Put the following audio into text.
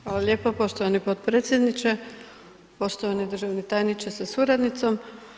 Hvala lijepo poštovani potpredsjedniče, poštovani državni tajniče sa suradnicom.